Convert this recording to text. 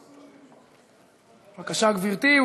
בבקשה, גברתי.